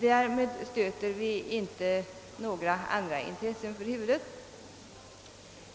Därmed stöter vi inte några andra intressen för huvudet.